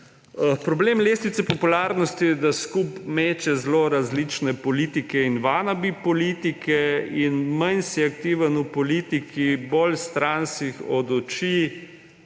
Problem lestvice popularnosti je, da skupaj meče zelo različne politike in wannabe politike, in manj si aktiven v politiki, bolj stran si od oči,